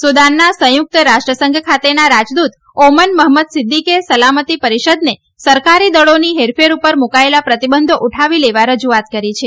સુદાનના સંયુક્ત રાષ્ટ્ર સંઘ ખાતેના રાજદૂત ઓમન મહમ્મદ સીદ્દીગે સલામતી પરિષદને સરકારી દળો ની હેરફેર ઉપર મુકાયેલા પ્રતિબંધો ઉઠાવી લેવા રજૂઆત કરી છે